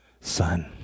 son